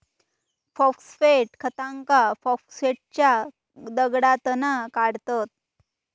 phosphate खतांका फॉस्फेटच्या दगडातना काढतत